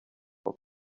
for